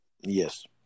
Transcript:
Yes